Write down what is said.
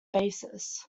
basis